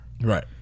Right